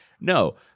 No